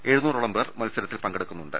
എഴുനൂറോളം പേർ മത്സരത്തിൽ പങ്കെടുക്കുന്നുണ്ട്